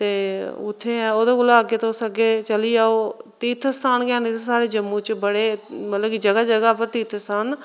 ते उत्थै ऐ ओह्दे कोला अग्गै तुस अग्गै चली जाओ तीर्थ स्थान हैन साढ़े जम्मू च बड़े मतलब कि जगह जगह पर तीर्थ स्थान न